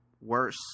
worse